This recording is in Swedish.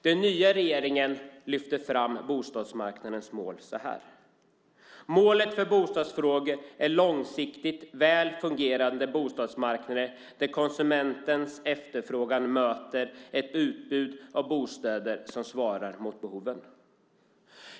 Den nya regeringen lyfter fram bostadsmarknadens mål så här: "Målet för bostadsfrågor är långsiktigt väl fungerande bostadsmarknader där konsumenternas efterfrågan möter ett utbud av bostäder som svarar mot behoven."